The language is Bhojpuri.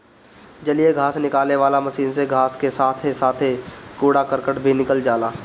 जलीय घास निकाले वाला मशीन से घास के साथे साथे कूड़ा करकट भी निकल जाला